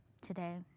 today